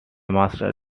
master